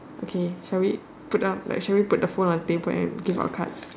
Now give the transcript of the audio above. okay shall we like shall we put the phone on the table and give our cards